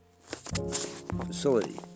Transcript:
facility